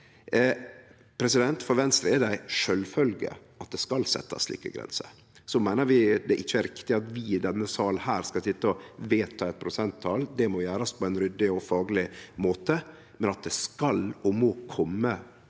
dødelegheit. For Venstre er det ei sjølvfølgje at det skal setjast slike grenser. Så meiner vi det ikkje er riktig at vi i denne salen skal sitje og vedta eit prosenttal. Det må gjerast på ein ryddig og fagleg måte, men at det skal og må kome